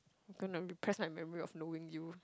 gonna repress my memory of knowing you